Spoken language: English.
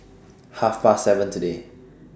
Half Past seven today